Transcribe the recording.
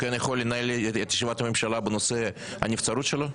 הוא יכול לנהל את ישיבת הממשלה בנושא הנבצרות שלו?